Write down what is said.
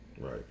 Right